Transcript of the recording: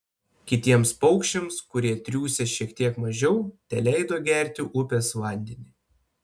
kitiems paukščiams kurie triūsę šiek tiek mažiau teleido gerti upės vandenį